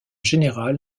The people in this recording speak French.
général